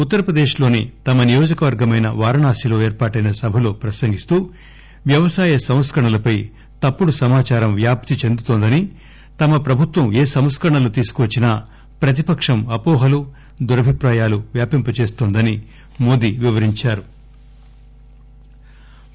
ఉత్తరప్రదేశ్ లోని తమ నియోజకవర్గమైన వారణాసిలో ఏర్పాటైన సభలో ప్రసంగిస్తూ వ్యవసాయ సంస్కరణలపై తప్పుడు సమాచారం వ్యాప్తి చెందుతోందని తమ ప్రభుత్వం ఏ సంస్కరణలు తీసుకువచ్చినా ప్రతిపక్షం అవోహలు దురభిప్రాయాలు వ్యాపింపచేస్తోందని మోదీ వివరించారు